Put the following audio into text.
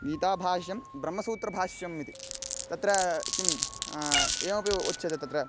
गीताभाष्यं ब्रह्मसूत्रभाष्यम् इति तत्र किम् एवमपि उ उच्यते तत्र